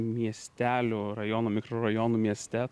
miestelių rajonų mikrorajonų mieste